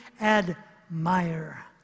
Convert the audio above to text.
admire